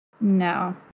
No